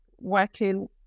working